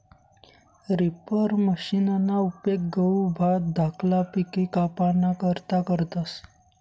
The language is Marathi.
रिपर मशिनना उपेग गहू, भात धाकला पिके कापाना करता करतस